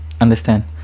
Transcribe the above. understand